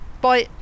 Bye